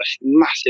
massive